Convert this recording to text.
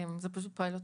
זה פשוט פיילוט.